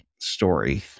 story